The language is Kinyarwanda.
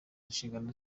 ishingano